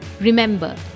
Remember